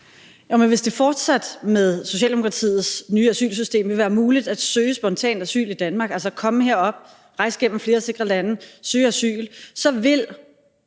hvis det fortsat med Socialdemokratiets nye asylsystem vil være muligt at søge spontant asyl i Danmark – altså komme herop, rejse gennem flere sikre lande, søge asyl – så vil